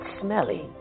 smelly